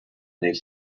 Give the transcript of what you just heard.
they